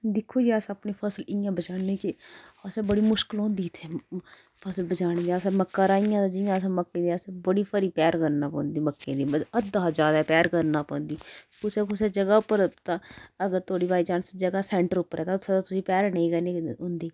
दिक्खो जे अस अपनी फसल इ'यां बचान्ने कि असें बड़ी मुश्कल होंदी इत्थें फसल बचाने अस मक्कां राहियां ते जियां असें मक्कें दी अस बड़ी भारी पैह्र करनी पौंदी मक्कें दी असें मतलबअद्धे शा ज्यादा पैह्र करनी पौंदी कुसै कुसै जगह् उप्पर तां अगर थुआढ़ी बाई चान्स जगह् सैंटर उप्पर ऐ तां उत्थै तुसेंगी पैह्र नी करनी पौंदी होंदी